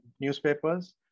newspapers